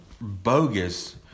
bogus –